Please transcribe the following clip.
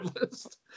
list